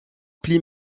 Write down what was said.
plis